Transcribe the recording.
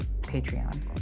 Patreon